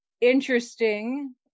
interesting